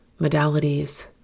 modalities